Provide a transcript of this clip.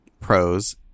pros